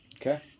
Okay